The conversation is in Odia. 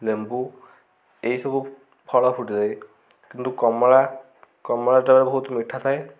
ଲେମ୍ବୁ ଏଇସବୁ ଫଳ ଫୁଟିଯାଏ କିନ୍ତୁ କମଳା କମଳାଟା ବହୁତ ମିଠା ଥାଏ